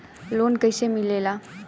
Loan कईसे मिलेला?